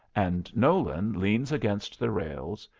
and nolan leans against the rails,